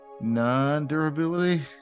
non-durability